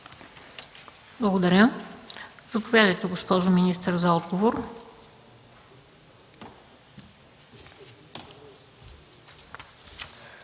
Благодаря. Заповядайте, госпожо министър, за отговор.